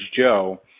Joe